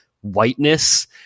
whiteness